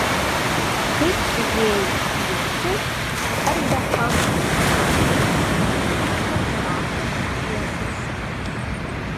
kaip siuvėjui vincui ar bekampio agotai iš keturakio pjesės